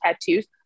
tattoos